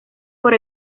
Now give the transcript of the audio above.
por